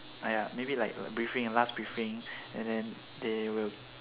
maybe like briefing last briefing and then they will